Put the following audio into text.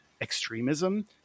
extremism